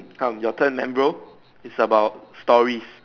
hmm your turn man bro is about stories